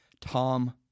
Tom